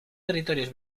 territorios